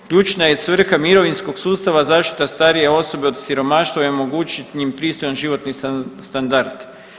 Ključna je svrha mirovinskog sustava zaštita starije osobe od siromaštva i omogućit im pristojan životni standard.